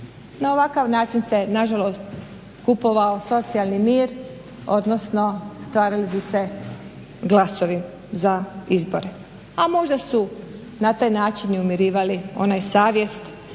Na ovakav način se na žalost kupovao socijalni mir, odnosno stvarali su se glasovi za izbore, a možda su na taj način i umirivali onaj savjest